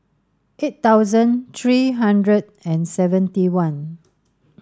eight thousand three hundred and seventy one